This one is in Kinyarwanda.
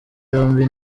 yombi